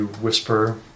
whisper